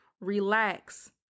Relax